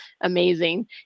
amazing